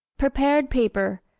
prepared paper,